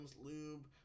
lube